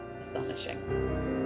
astonishing